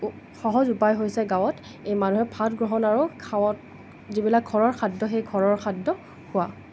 উ সহজ উপায় হৈছে গাঁৱত এই মানুহে ভাত গ্ৰহণ আৰু খাৱন যিবিলাক ঘৰৰ খাদ্য সেই ঘৰৰ খাদ্য খোৱা